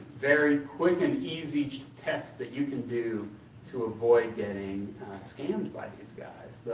very quick and easy tests that you can do to avoid getting scammed by these guys.